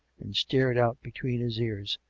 and stared out between his ears,